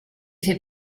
fait